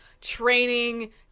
training